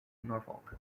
norfolk